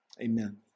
amen